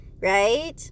right